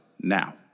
now